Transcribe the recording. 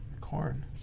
corn